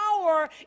power